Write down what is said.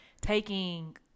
taking